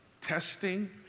testing